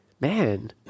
man